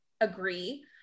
agree